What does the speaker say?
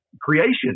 creation